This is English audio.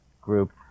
group